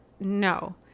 no